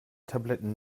tabletten